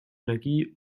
energie